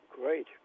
Great